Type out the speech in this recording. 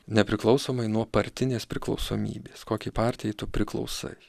nepriklausomai nuo partinės priklausomybės kokiai partijai tu priklausai